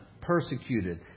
persecuted